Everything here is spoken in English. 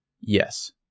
Yes